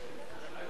מה עם ערוץ-10?